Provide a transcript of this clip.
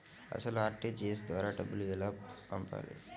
అసలు అర్.టీ.జీ.ఎస్ ద్వారా ఎలా డబ్బులు పంపాలి?